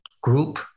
group